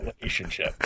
relationship